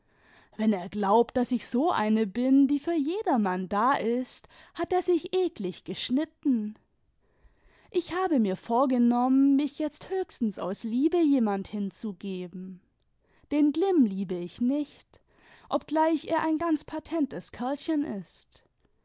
wenn er glaubt daß ich so eine bin die für jedermann da ist hat er sich eklig geschnitten ich habe mir vorgenommen mich jetzt höchstens aus liebe jemand hinzugeben den glimm liebe ich nicht obgleich er ein ganz patentes kerlchen ist